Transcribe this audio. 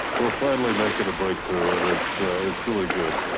we're finally making a breakthrough and it's it's really good.